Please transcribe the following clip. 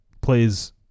plays